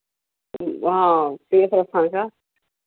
वहाँ सिंहेश्वर स्थान का